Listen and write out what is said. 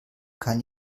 kann